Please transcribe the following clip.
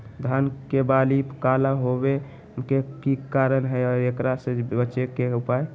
धान के बाली काला होवे के की कारण है और एकरा से बचे के उपाय?